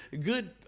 good